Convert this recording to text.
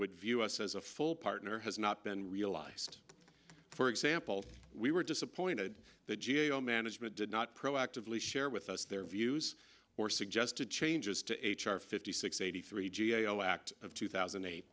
would view us as a full partner has not been realized for example we were disappointed that g a o management did not proactively share with us their views or suggested changes to h r fifty six eighty three g a o act of two thousand and eight